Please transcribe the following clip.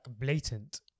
blatant